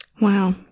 Wow